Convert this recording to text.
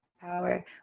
power